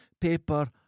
paper